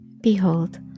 Behold